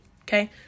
okay